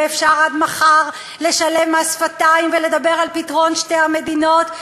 ואפשר עד מחר לשלם מס שפתיים ולדבר על פתרון שתי המדינות,